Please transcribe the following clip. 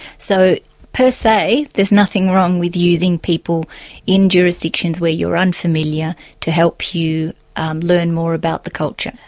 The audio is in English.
so, per se, there's nothing wrong with using people in jurisdictions where you're unfamiliar to help you learn more about the culture,